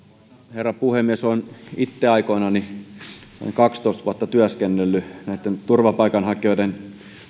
herra puhemies olen itse aikoinani noin kaksitoista vuotta työskennellyt turvapaikanhakijoiden